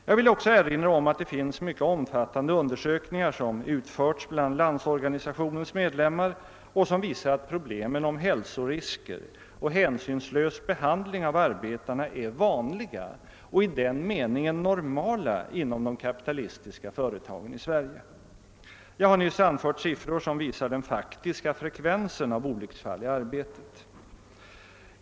Jag vill också erinra om att det finns mycket utförliga undersökningar som har utförts bland Landsorganisationens medlemmar och som visar att problemen med hälsorisker och hänsynslös behandling av arbetarna är vanliga och i den meningen normala inom de kapitalistiska företagen i Sverige. Jag har nyss anfört siffror som visar den faktiska frekvensen av olycksfall i arbetet.